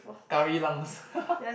curry lungs haha